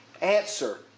answer